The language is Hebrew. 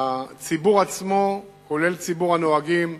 הציבור עצמו, כולל ציבור הנוהגים.